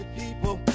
people